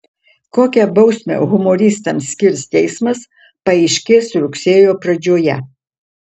kokią bausmę humoristams skirs teismas paaiškės rugsėjo pradžioje